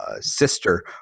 sister